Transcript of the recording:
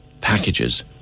packages